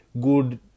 good